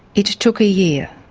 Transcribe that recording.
it took a year